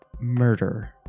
murder